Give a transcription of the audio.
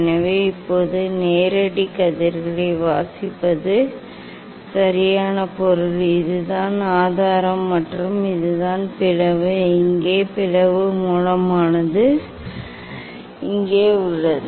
எனவே இப்போது நேரடி கதிர்களை வாசிப்பது சரியான பொருள் இதுதான் ஆதாரம் மற்றும் இதுதான் பிளவு இங்கே பிளவு மூலமானது இங்கே உள்ளது